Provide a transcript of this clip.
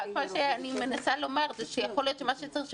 מה שאני מנסה לומר זה שיכול להיות שמה שצריך,